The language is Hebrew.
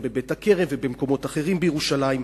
בבית-הכרם ובמקומות אחרים בירושלים.